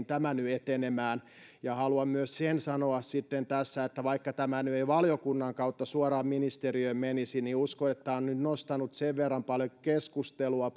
tämä nyt etenemään ja sitten haluan myös sen sanoa tässä että vaikka tämä nyt ei valiokunnan kautta suoraan ministeriöön menisi niin uskon että tämä on nyt nostanut sen verran paljon keskustelua